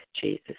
Jesus